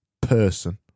person